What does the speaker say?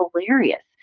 hilarious